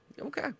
Okay